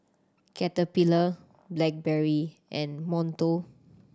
Caterpillar Blackberry and Monto